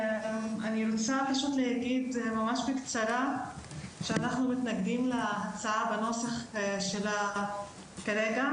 אני רוצה להגיד ממש בקצרה שאנחנו מתנגדים להצעה בנוסח שלה כרגע,